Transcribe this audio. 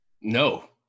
No